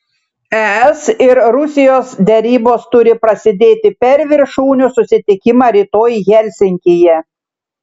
es ir rusijos derybos turi prasidėti per viršūnių susitikimą rytoj helsinkyje